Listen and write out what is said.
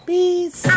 Peace